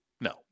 No